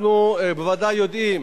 אנחנו בוודאי יודעים